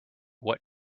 what